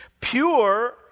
Pure